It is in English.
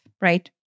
right